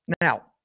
now